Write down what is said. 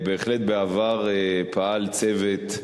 בהחלט בעבר פעל צוות,